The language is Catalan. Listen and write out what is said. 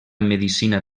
medicina